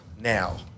now